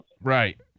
Right